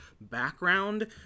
background